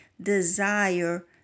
desire